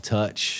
Touch